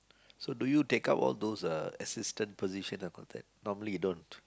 so do you take up all those uh assistant position and all that normally you don't